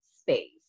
space